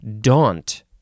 Daunt